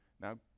Now